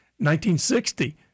1960